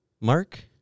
Mark